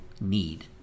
need